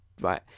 right